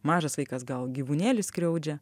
mažas vaikas gal gyvūnėlį skriaudžia